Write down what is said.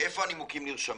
איפה הנימוקים נרשמים,